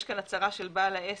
יש כאן הצהרה של בעל העסק.